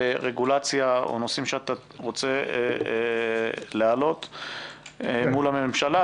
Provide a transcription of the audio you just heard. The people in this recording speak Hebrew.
ברגולציה או נושאים שאתה רוצה להעלות מול הממשלה,